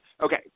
Okay